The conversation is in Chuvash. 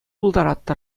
пултаратӑр